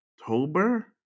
October